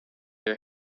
your